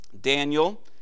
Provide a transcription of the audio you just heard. Daniel